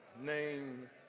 name